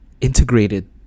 integrated